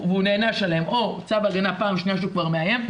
נענש עליהן או צו הגנה בפעם השניה שהוא כבר מאיים,